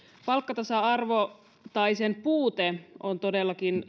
palkkatasa arvon puute on todellakin